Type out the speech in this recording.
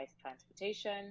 transportation